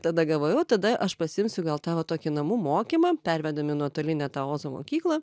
tada gavoju o tada aš pasiimsiu gal tą vą tokį namų mokymą pervedėm į nuotolinę tą ozo mokyklą